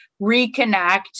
reconnect